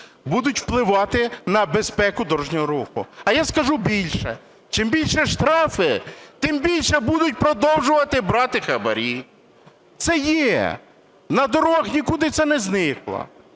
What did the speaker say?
будуть впливати на безпеку дорожнього руху. А я скажу більше: чим більше штрафи, тим більше будуть продовжувати брати хабарі. Це є на дорогах, нікуди це не зникло.